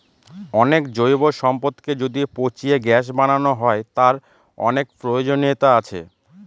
অনেক জৈব সম্পদকে যদি পচিয়ে গ্যাস বানানো হয়, তার অনেক প্রয়োজনীয়তা আছে